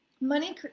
Money